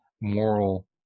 moral